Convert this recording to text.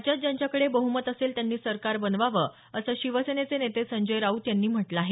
राज्यात ज्यांच्याकडे बहुमत असेल त्यांनी सरकार बनवावं असं शिवसेनेचे नेते संजय राऊत यांनी म्हटलं आहे